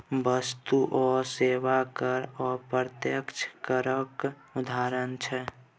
बस्तु आ सेबा कर अप्रत्यक्ष करक उदाहरण छै